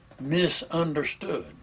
misunderstood